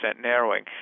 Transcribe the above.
narrowing